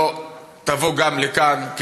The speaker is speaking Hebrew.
לא תבוא גם לכאן,